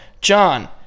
John